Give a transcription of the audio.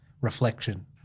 reflection